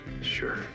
Sure